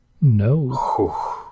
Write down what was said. No